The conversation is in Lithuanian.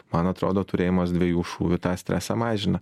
man atrodo turėjimas dviejų šūvių tą stresą mažina